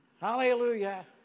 Hallelujah